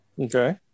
okay